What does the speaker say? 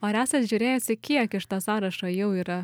o ar esat žiūrėjusi kiek iš to sąrašo jau yra